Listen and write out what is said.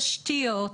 תשתיות,